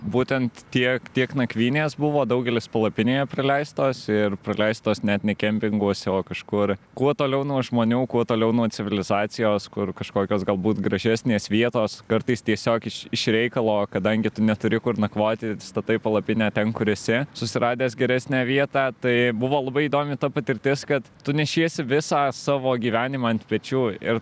būtent tiek tiek nakvynės buvo daugelis palapinėje praleistos ir praleistos net ne kempinguose o kažkur kuo toliau nuo žmonių kuo toliau nuo civilizacijos kur kažkokios galbūt gražesnės vietos kartais tiesiog iš iš reikalo kadangi tu neturi kur nakvoti statai palapinę ten kur esi susiradęs geresnę vietą tai buvo labai įdomi ta patirtis kad tu nešiesi visą savo gyvenimą ant pečių ir